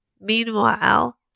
Meanwhile